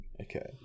Okay